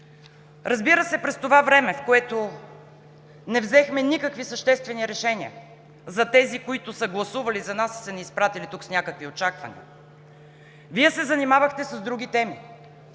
Разбира се, през това време, в което не взехме никакви съществени решения за тези, които са гласували за нас и са ни изпратили тук с някакви очаквания, Вие се занимавахте с други теми.